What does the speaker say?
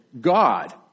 God